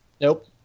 Nope